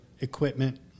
equipment